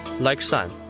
like son.